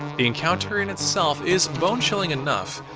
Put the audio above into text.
the encounter in itself is bone chilling enough,